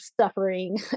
suffering